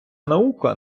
наука